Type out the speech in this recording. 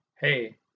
hey